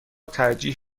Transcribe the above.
ترجیح